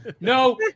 No